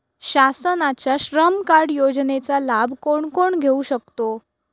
शासनाच्या श्रम कार्ड योजनेचा लाभ कोण कोण घेऊ शकतो?